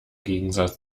gegensatz